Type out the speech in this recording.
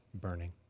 burning